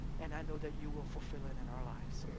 and i know that you will fulfill it in our lives,